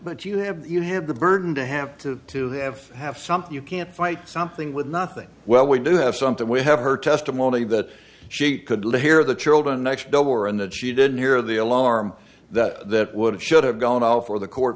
but you have you have the burden to have to to have have something you can't fight something with nothing well we do have something we have heard testimony that she could live here the children next door and that she didn't hear the alarm that that would have should have gone out for the court